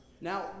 Now